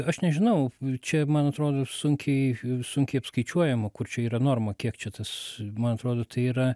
aš nežinau čia man atrodo sunkiai sunkiai apskaičiuojama kur čia yra norma kiek čia tas man atrodo tai yra